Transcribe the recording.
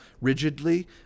rigidly